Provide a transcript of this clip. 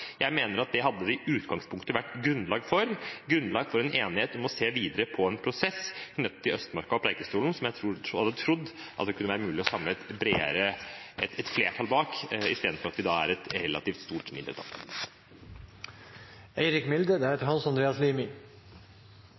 Jeg mener at det hadde i utgangspunktet vært grunnlag for en enighet om å se videre på en prosess knyttet til Østmarka og Preikestolen, som jeg hadde trodd det kunne være mulig å samle et flertall bak, istedenfor at vi er et relativt stort